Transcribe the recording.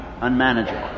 unmanageable